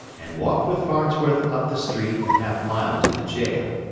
and walked with farnsworth up the street the half-mile to the jail.